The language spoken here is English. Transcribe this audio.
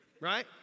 right